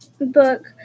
Book